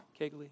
Kegley